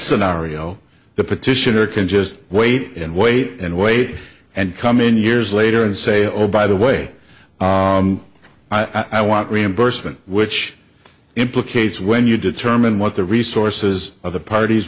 scenario the petitioner can just wait and wait and wait and come in years later and say oh by the way i want reimbursement which implicates when you determine what the resources of the parties